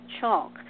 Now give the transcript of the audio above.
Chalk